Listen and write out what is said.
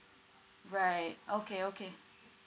right okay okay